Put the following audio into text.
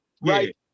right